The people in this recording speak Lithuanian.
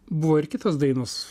buvo ir kitos dainos